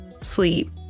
sleep